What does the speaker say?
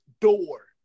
door